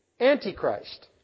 Antichrist